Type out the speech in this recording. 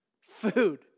Food